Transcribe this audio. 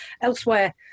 elsewhere